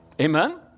Amen